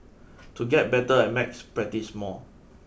to get better at maths practise more